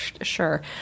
sure